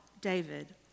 David